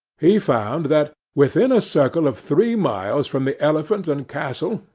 he found that, within a circle of three miles from the elephant and castle,